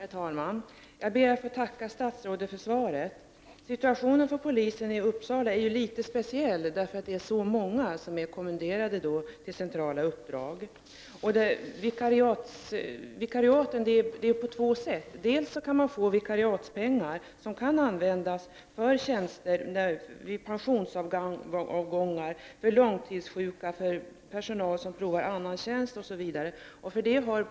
Herr talman! Jag ber att få tacka statsrådet för svaret. Situationen för polisen i Uppsala är litet speciell eftersom det är så många som är kommenderade till centrala uppdrag. Vikariaten förekommer i två olika former. Man kan å ena sidan få vikariatspengar som kan användas för tjänster, vid pensionsavgångar, för långtidssjuka, för personal som provar annan tjänst, osv.